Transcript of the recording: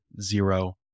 Zero